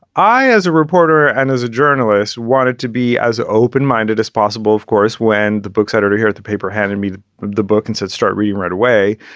i, as a reporter and as a journalist, wanted to be as open minded as possible. of course, when the book's editor here at the paper handed me the the book and said, start reading right away.